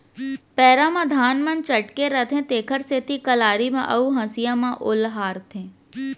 पैरा म धान मन चटके रथें तेकर सेती कलारी म अउ हँसिया म ओलहारथें